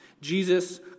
Jesus